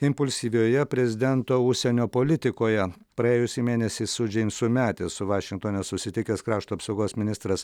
impulsyvioje prezidento užsienio politikoje praėjusį mėnesį su džeimsu metisu vašingtone susitikęs krašto apsaugos ministras